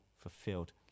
fulfilled